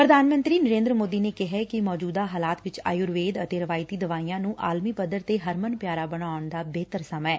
ਪ੍ਰਧਾਨ ਮੰਤਰੀ ਨਰੇ'ਦਰ ਮੋਦੀ ਨੇ ਕਿਹੈ ਕਿ ਮੌਜੂਦਾ ਹਾਲਾਤ ਵਿਚ ਆਯੂਰਵੇਦ ਅਤੇ ਰਵਾਇਤੀ ਦਵਾਈਆਂ ਨੂੰ ਆਲਮੀ ਪੱਧਰ ਤੇ ਹਰਮਨ ਪਿਆਰਾ ਬਣਾਉਣ ਦਾ ਬਿਹਤਰ ਸਮਾ ਐ